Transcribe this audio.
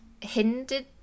hindered